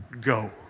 Go